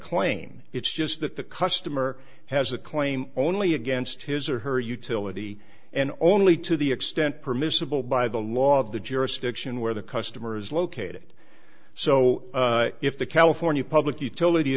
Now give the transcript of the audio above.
claim it's just that the customer has a claim only against his or her utility and only to the extent permissible by the law of the jurisdiction where the customer's located so if the california public utility